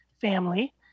family